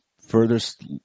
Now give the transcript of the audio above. furthest